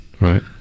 Right